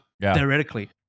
theoretically